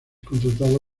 contratado